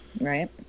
Right